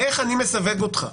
איך אני מסווג אותך?